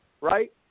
right